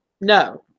No